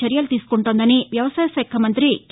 చర్యలు తీసుకుంటోందని వ్యవసాయ శాఖ మంతి కె